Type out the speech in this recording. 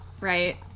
right